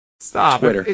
Stop